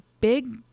big